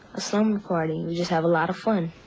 a slumber party. we just have a lot of fun.